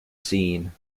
scene